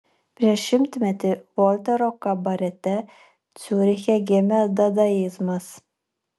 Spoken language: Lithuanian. prieš šimtmetį voltero kabarete ciuriche gimė dadaizmas